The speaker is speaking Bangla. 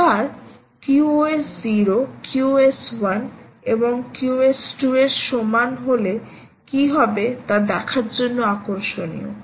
আবার QoS 0 QoS 1 এবং 2 এর সমান হলে কি হবে তা দেখার জন্য আকর্ষণীয়